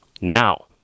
Now